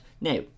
now